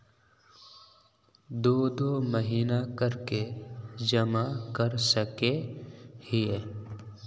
दो दो महीना कर के जमा कर सके हिये?